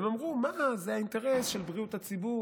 הם אמרו, מה, זה האינטרס של בריאות הציבור.